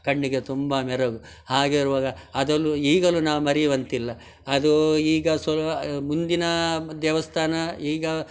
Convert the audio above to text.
ಕಣ್ಣಿಗೆ ತುಂಬ ಮೆರುಗು ಹಾಗಿರುವಾಗ ಅದನ್ನು ಈಗಲೂ ನಾವು ಮರೆಯುವಂತಿಲ್ಲ ಅದು ಈಗ ಸ್ವ ಮುಂದಿನ ದೇವಸ್ಥಾನ ಈಗ